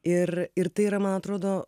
ir ir tai yra man atrodo